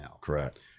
Correct